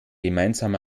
gemeinsam